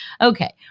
Okay